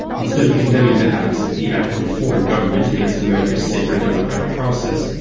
instead of condemning the hacks as the act of a foreign government against america's sacred democratic process,